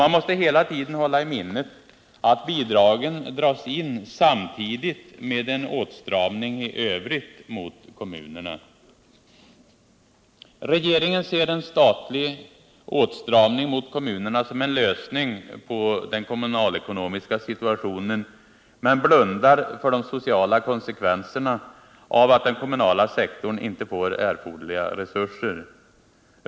Man måste hela tiden hålla i minnet att denna indragning av bidrag sker samtidigt med en åtstramning i övrigt mot kommunerna. Regeringen ser en statlig åtstramning mot kommunerna som en lösning på den kommunalekonomiska situationen, men blundar för de sociala konsekvenserna av att den kommunala sektorn inte får erforderliga resurser.